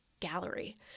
gallery